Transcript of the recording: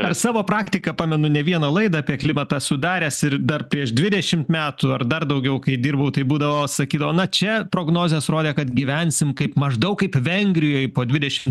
per savo praktiką pamenu ne vieną laidą apie klimatą sudaręs ir dar prieš dvidešimt metų ar dar daugiau kai dirbau tai būdavo sakydavo na čia prognozės rodė kad gyvensim kaip maždaug kaip vengrijoj po dvidešim